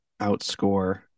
outscore